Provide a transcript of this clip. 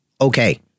okay